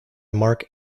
mark